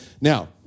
Now